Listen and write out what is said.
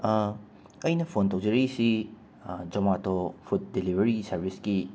ꯑꯩꯅ ꯐꯣꯟ ꯇꯧꯖꯔꯛꯏꯁꯤ Zomato food delivery ꯁꯥꯔꯕꯤꯁꯀꯤ